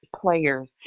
players